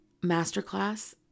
masterclass